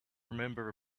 remember